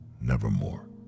nevermore